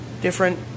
Different